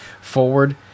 forward